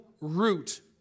root